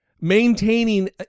maintaining